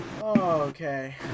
Okay